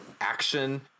action